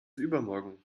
übermorgen